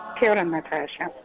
kia ora, natasha.